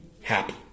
happy